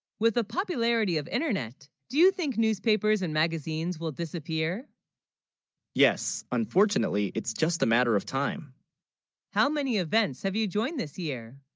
with the popularity of internet do you think newspapers and magazines will disappear yes unfortunately it's just a matter of time how many events have, you joined this year?